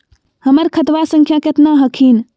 हमर खतवा संख्या केतना हखिन?